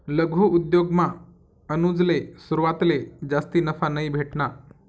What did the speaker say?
लघु उद्योगमा अनुजले सुरवातले जास्ती नफा नयी भेटना